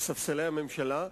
לספסלי הממשלה.